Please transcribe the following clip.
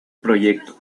proyecto